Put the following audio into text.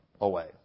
away